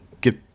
get